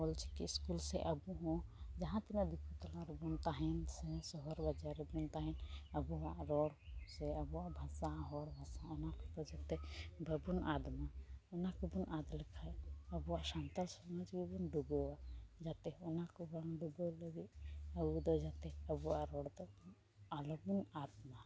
Ol Chiki school ᱥᱮᱫ ᱟᱵᱚᱦᱚᱸ ᱡᱟᱦᱟᱸ ᱛᱤᱱᱟᱹᱜ ᱫᱤᱠᱩ ᱛᱟᱞᱟᱨᱮᱵᱚᱱ ᱛᱟᱦᱮᱱ ᱥᱮ ᱥᱚᱦᱚᱨ ᱵᱟᱡᱟᱨ ᱨᱮᱵᱚᱱ ᱛᱟᱦᱮᱱ ᱟᱵᱚᱣᱟᱜ ᱨᱚᱲ ᱥᱮ ᱟᱵᱚ ᱵᱷᱟᱥᱟ ᱥᱮ ᱦᱚᱲ ᱵᱷᱟᱥᱟ ᱚᱱᱟᱠᱚ ᱵᱟᱵᱚᱱ ᱟᱫ ᱢᱟ ᱚᱱᱟ ᱠᱚᱵᱚᱱ ᱟᱫ ᱞᱮᱠᱷᱟᱱ ᱟᱵᱚᱣᱟᱜ ᱥᱟᱱᱛᱟᱞ ᱥᱚᱢᱟᱡᱽᱜᱮ ᱵᱚᱱ ᱰᱩᱵᱟᱹᱣᱟ ᱡᱟᱛᱮ ᱚᱱᱟᱠᱚ ᱵᱟᱝ ᱰᱩᱵᱟᱹᱣ ᱞᱟᱹᱜᱤᱫ ᱟᱵᱚᱫᱚ ᱡᱟᱛᱮ ᱟᱵᱚᱣᱟᱜ ᱨᱚᱲᱫᱚ ᱟᱞᱚᱵᱚ ᱟᱫ ᱢᱟ